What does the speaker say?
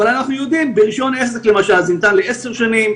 אבל אנחנו יודעים שרישיון עסק למשל ניתן לעשר שנים,